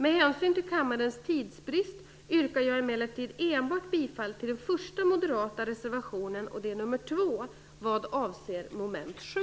Med hänsyn till kammarens tidsbrist yrkar jag emellertid bifall enbart till den första moderata reservationen, dvs. reservation 2, mom. 7.